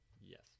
Yes